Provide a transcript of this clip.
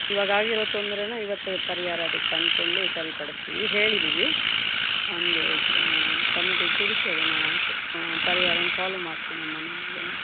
ಇವಾಗಾಗಿರೋ ತೊಂದರೇನ ಇವತ್ತೇ ಪರಿಹಾರ ಅದಕ್ಕೆ ಕಂಡುಕೊಂಡು ಸರಿಪಡಿಸ್ತೀವಿ ಹೇಳಿದ್ದೀವಿ ಒಂದು ಕಮಿಟಿಗೆ ತಿಳಿಸಿ ಅದನ್ನು ಪರಿಹಾರನ ಸಾಲ್ವ್ ಮಾಡ್ತೀನಮ್ಮ ನಾನದನ್ನು